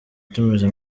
tumeze